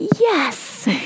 yes